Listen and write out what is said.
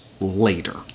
later